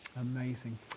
Amazing